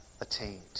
attained